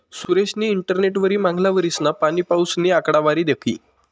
सुरेशनी इंटरनेटवरी मांगला वरीसना पाणीपाऊसनी आकडावारी दखी